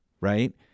right